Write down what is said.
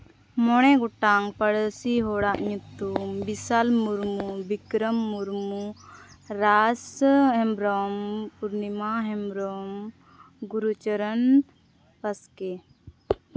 ᱢᱚᱬᱮ ᱜᱚᱴᱟᱝ ᱯᱚᱲᱚᱥᱤ ᱦᱚᱲᱟᱜ ᱧᱩᱛᱩᱢ ᱵᱤᱥᱟᱞ ᱢᱩᱨᱢᱩ ᱵᱤᱠᱨᱚᱢ ᱢᱩᱨᱢᱩ ᱨᱟᱡᱽ ᱦᱮᱢᱵᱨᱚᱢ ᱯᱩᱨᱱᱤᱢᱟ ᱦᱮᱢᱵᱨᱚᱢ ᱜᱩᱨᱩ ᱪᱚᱨᱚᱱ ᱵᱟᱥᱠᱮ